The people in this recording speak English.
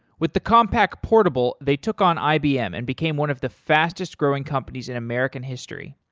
with the compaq portable, they took on ibm and became one of the fastest growing companies in american history.